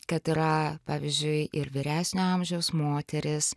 kad yra pavyzdžiui ir vyresnio amžiaus moteris